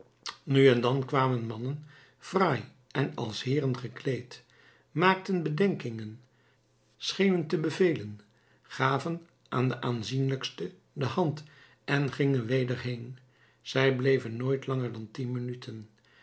nu en dan kwamen mannen fraai en als heeren gekleed maakten bedenkingen schenen te bevelen gaven aan de aanzienlijksten de hand en gingen weder heen zij bleven nooit langer dan tien minuten